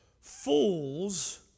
Fools